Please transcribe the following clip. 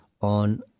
on